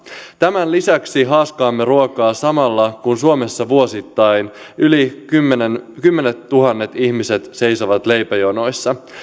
tämän lisäksi haaskaamme ruokaa samalla kun suomessa vuosittain yli kymmenettuhannet ihmiset seisovat leipäjonoissa